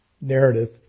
narrative